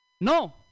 No